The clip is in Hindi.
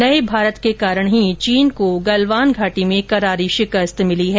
नये भारत के कारण ही चीन को गलवान घाटी में करारी शिकस्त मिली है